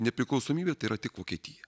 nepriklausomybę tai yra tik vokietija